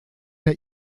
der